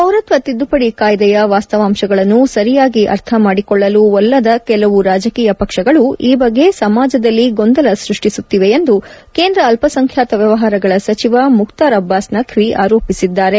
ಪೌರತ್ವ ತಿದ್ಲುಪಡಿ ಕಾಯ್ಲೆಯ ವಾಸ್ತವಾಂಶಗಳನ್ನು ಸರಿಯಾಗಿ ಅರ್ಥ ಮಾಡಿಕೊಳ್ಳಲು ಒಲ್ಲದ ಕೆಲವು ರಾಜಕೀಯ ಪಕ್ಷಗಳು ಈ ಬಗ್ಗೆ ಸಮಾಜದಲ್ಲಿ ಗೊಂದಲ ಸೃಷ್ಷಿಸುತ್ತಿವೆ ಎಂದು ಕೇಂದ್ರ ಅಲ್ಲಸಂಖ್ಯಾತ ವ್ಯವಹಾರಗಳ ಸಚಿವ ಮುಖ್ವಾರ್ ಅಬ್ಬಾಸ್ ನಖ್ವ ಆರೋಪಿಸಿದ್ದಾರೆ